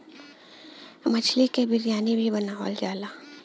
मछली क बिरयानी भी बनावल जाला